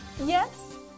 Yes